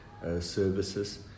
services